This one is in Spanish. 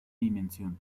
dimensión